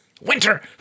Winter